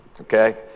Okay